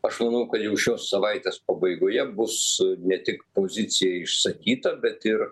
aš manau kad jau šios savaitės pabaigoje bus ne tik pozicija išsakyta bet ir